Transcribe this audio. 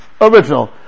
original